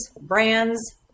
brands